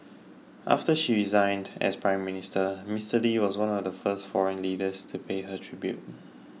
after she resigned as Prime Minister Mister Lee was one of the first foreign leaders to pay her tribute